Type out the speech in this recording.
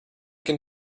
can